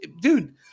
dude